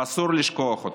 ואסור לשכוח אותן.